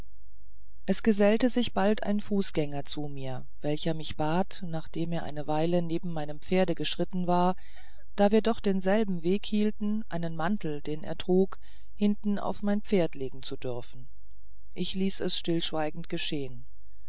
es gesellte sich bald ein fußgänger zu mir welcher mich bat nachdem er eine weile neben meinem pferde geschritten war da wir doch denselben weg hielten einen mantel den er trug hinten auf mein pferd legen zu dürfen ich ließ es stillschweigend geschehen